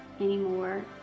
anymore